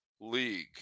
League